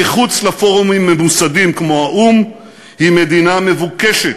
שמחוץ לפורומים ממוסדים כמו האו"ם היא מדינה מבוקשת,